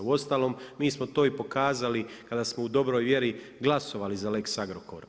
Uostalom mi smo to pokazali, kada smo u dobroj mjeri glasovali za lex Agrokor.